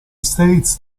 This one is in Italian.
states